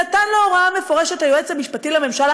נתן לו הוראה מפורשת, היועץ המשפטי לממשלה,